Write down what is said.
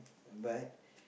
but